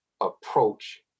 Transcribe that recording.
approach